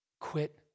Quit